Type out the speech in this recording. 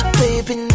baby